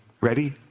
ready